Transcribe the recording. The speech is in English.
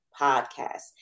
podcast